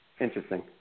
interesting